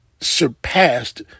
surpassed